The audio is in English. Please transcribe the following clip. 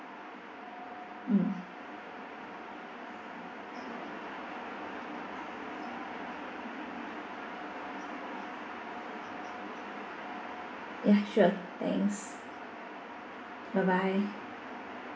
mm ya sure thanks bye bye